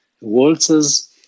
waltzes